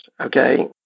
okay